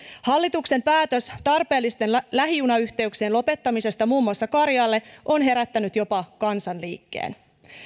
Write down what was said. hallituksen päätös tarpeellisten lähijunayhteyksien lopettamisesta muun muassa karjaalle on herättänyt jopa kansanliikkeen